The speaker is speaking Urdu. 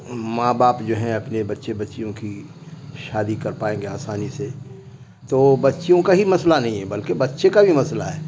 ماں باپ جو ہیں اپنے بچے بچیوں کی شادی کر پائیں گے آسانی سے تو بچیوں کا ہی مسئلہ نہیں ہے بلکہ بچے کا بھی مسئلہ ہے